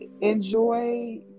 enjoy